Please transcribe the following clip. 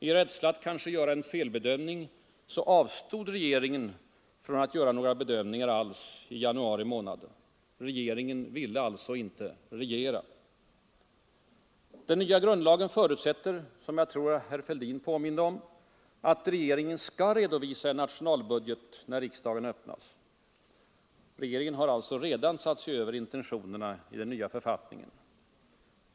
I rädsla att kanske göra en felbedömning avstod regeringen från att göra några bedömningar alls i januari månad. Regeringen ville alltså inte regera. Den nya grundlagen förutsätter, som jag tror herr Fälldin påminde om, att regeringen skall redovisa en nationalbudget när riksdagen öppnas. Regeringen har alltså redan satt sig över intentionerna i den nya författningen.